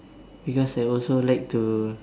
because I also like to